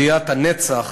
מחוליית הנצח